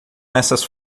nessas